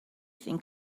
think